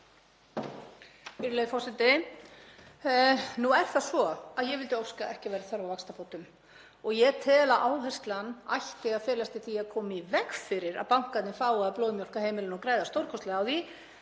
Virðulegi forseti. Nú er það svo að ég vildi óska að ekki væri þörf á vaxtabótum. Ég tel að áherslan ætti að felast í því að koma í veg fyrir að bankarnir fái að blóðmjólka heimilin og græða stórkostlega á því